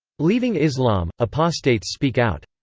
leaving islam apostates speak out.